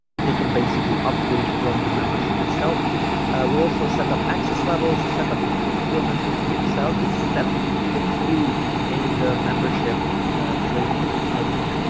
they can basically upgrade from the membership itself ah we'll also set up access levels set up the fulfillment in groovesell this step we didn't do in the membership ah training i believe